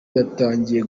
yatangiye